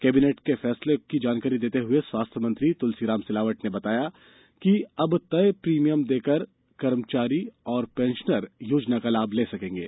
cabinet के फैसले की जानकारी देते हुए स्वास्थ्य मंत्री तुलसीराम सिलावट ने बताया कि अब तय प्रीमियम देकर कर्मचारी और पेंशनर्स योजना का लाम ले सकेंगे